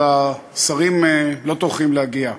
אבל השרים לא טורחים להגיע.